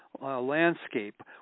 landscape